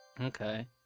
Okay